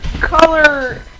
color